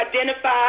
identify